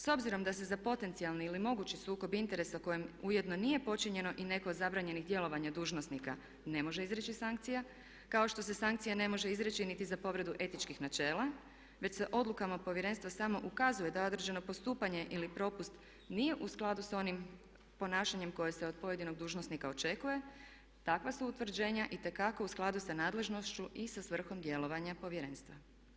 S obzirom da se za potencijalni ili mogući sukob interesa u kojem ujedno nije počinjeno i neko od zabranjenih djelovanja dužnosnika ne može izreći sankcija kao što se sankcija ne može izreći niti za povredu etičkih načela već se odlukama povjerenstva samo ukazuje da određeno postupanje ili propust nije u skladu s onim ponašanjem koje se od pojedinog dužnosnika očekuje takva su utvrđenja itekako u skladu sa nadležnošću i sa svrhom djelovanja povjerenstva.